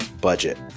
budget